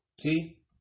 See